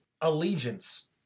allegiance